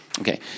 Okay